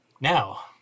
now